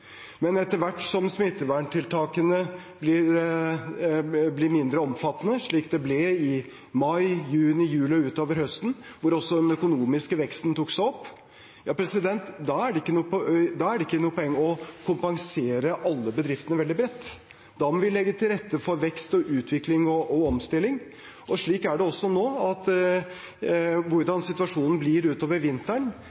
Men etter hvert som smitteverntiltakene blir mindre omfattende, slik de ble i mai, juni, juli og utover høsten, da også den økonomiske veksten tok seg opp, er det ikke noe poeng å kompensere alle bedriftene veldig bredt. Da må vi legge til rette for vekst, utvikling og omstilling. Slik er det også nå: Hvordan